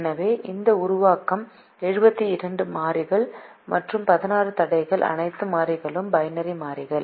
எனவே இந்த உருவாக்கம் 72 மாறிகள் மற்றும் 16 தடைகள் அனைத்து மாறிகள் பைனரி மாறிகள்